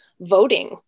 voting